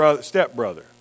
stepbrother